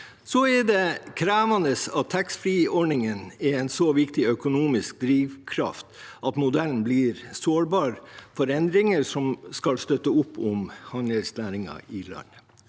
Så er det krevende at taxfree-ordningen er en så viktig økonomisk drivkraft at modellen blir sårbar for endringer som skal støtte opp om handelsnæringen i landet.